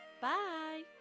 bye